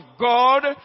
God